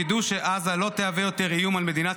וידוא שעזה לא תהווה יותר איום על מדינת